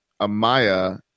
Amaya